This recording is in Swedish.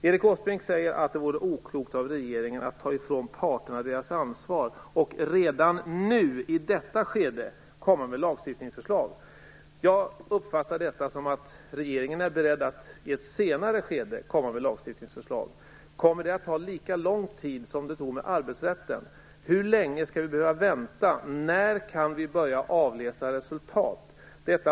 Erik Åsbrink säger att "det vore oklokt av regeringen att ta ifrån parterna deras ansvar och redan i detta skede komma med förslag till lagstiftningsåtgärder". Jag uppfattar detta som att regeringen är beredd att i ett senare skede komma med lagstiftningsförslag. Kommer det att ta lika lång tid som det tog med arbetsrätten? Hur länge skall vi behöva vänta? När kan vi börja avläsa resultat?